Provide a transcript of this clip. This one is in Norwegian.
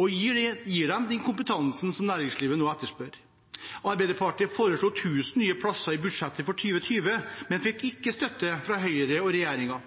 og gir dem den kompetansen som næringslivet nå etterspør. Arbeiderpartiet foreslo 1 000 nye plasser i budsjettet for 2020, men fikk ikke støtte fra Høyre og regjeringen.